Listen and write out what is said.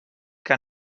que